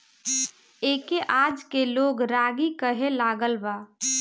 एके आजके लोग रागी कहे लागल बा